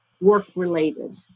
work-related